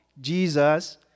Jesus